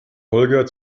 holger